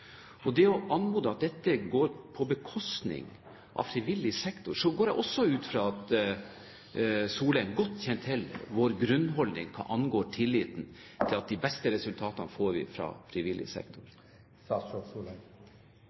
at dette går på bekostning av frivillig sektor, men jeg går også ut fra at Solheim godt kjenner til vår grunnholdning hva angår tilliten til at de beste resultatene får vi fra frivillig sektor.